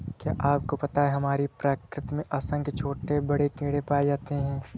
क्या आपको पता है हमारी प्रकृति में असंख्य छोटे बड़े कीड़े पाए जाते हैं?